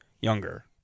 younger